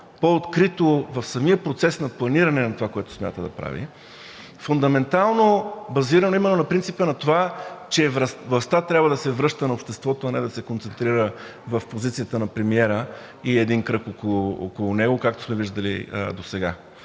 по-открито в самия процес на планиране на това, което смята да прави, фундаментално базирано именно на принципа на това, че властта трябва да се връща на обществото, а не да се концентрира в позицията на премиера и един кръг около него, както сме виждали досега.